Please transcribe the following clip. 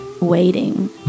waiting